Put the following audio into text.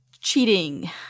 cheating